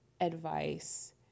advice